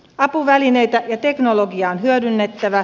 apuvälineitä ja teknologiaa on hyödynnettävä